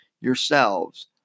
yourselves